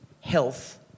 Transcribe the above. health